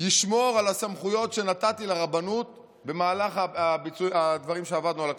ישמור על הסמכויות שנתתי לרבנות במהלך הדברים שעבדנו על הכשרות.